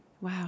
Wow